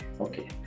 okay